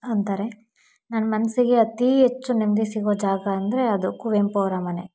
ಅಂತಾರೆ ನನ್ನ ಮನಸ್ಸಿಗೆ ಅತಿ ಹೆಚ್ಚು ನೆಮ್ಮದಿ ಸಿಗೋ ಜಾಗ ಅಂದರೆ ಅದು ಕುವೆಂಪು ಅವರ ಮನೆ